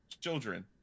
Children